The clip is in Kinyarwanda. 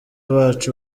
bacu